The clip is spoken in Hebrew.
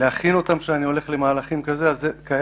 להכין אותם שאני הולך למהלכים כאלה.